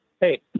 hey